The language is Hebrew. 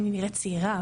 אני נראית צעירה,